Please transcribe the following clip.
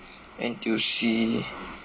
N_T_U_C